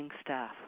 staff